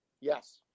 Yes